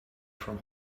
from